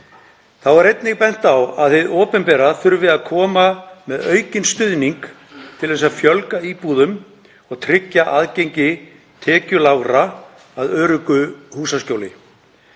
Þá var einnig bent á að hið opinbera þyrfti að koma með aukinn stuðning til þess að fjölga íbúðum og tryggja aðgengi tekjulágra að öruggu húsaskjóli.